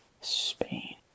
Spain